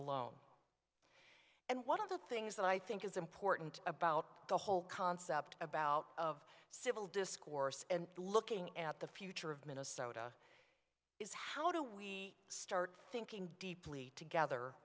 alone and one of the things that i think is important about the whole concept about of civil discourse and looking at the future of minnesota is how do we start thinking deeply together